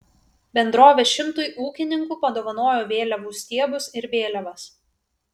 bendrovė šimtui ūkininkų padovanojo vėliavų stiebus ir vėliavas